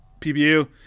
PBU